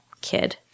kid